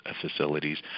facilities